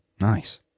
Nice